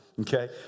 Okay